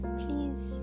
please